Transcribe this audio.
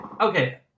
Okay